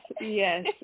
yes